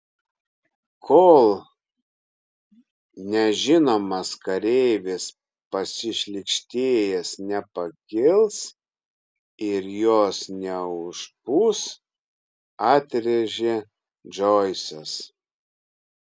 kol nežinomas kareivis pasišlykštėjęs nepakils ir jos neužpūs atrėžė džoisas